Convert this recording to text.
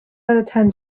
attention